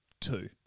two